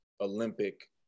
Olympic